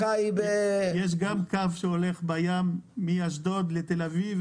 יש גם קו שהולך בים מאשדוד לתל אביב,